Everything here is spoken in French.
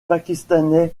pakistanais